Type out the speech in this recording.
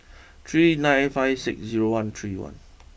three nine five six zero one three one